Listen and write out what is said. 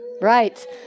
Right